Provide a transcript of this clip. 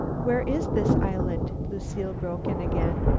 where is this island? lucile broke in again.